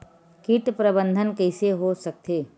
कीट प्रबंधन कइसे हो सकथे?